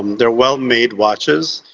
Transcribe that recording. they're well-made watches,